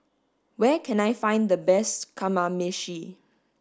where can I find the best kamameshi